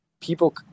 People